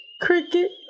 cricket